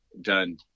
done –